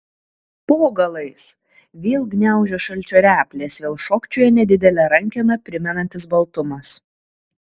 po galais vėl gniaužia šalčio replės vėl šokčioja nedidelę rankeną primenantis baltumas